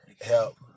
help